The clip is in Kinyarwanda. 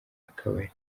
akabari